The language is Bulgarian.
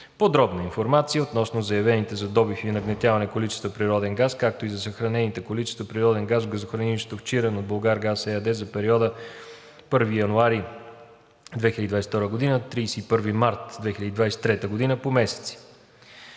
подробна информация относно заявените за добив и нагнетяване количества природен газ, както и за съхранените количества природен газ в газохранилището в Чирен от „Булгаргаз“ ЕАД, за периода 1 януари 2022 г. – 31 март 2023 г., по месеци.